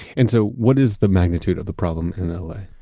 and so what is the magnitude of the problem in ah la?